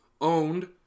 owned